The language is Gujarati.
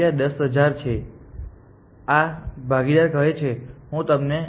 10000 છે આ ભાગીદાર કહે છે હું તમને રૂ